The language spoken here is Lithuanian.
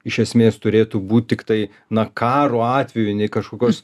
iš esmės turėtų būt tiktai na karo atveju nei kažkokios